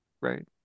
right